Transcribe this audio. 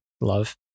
love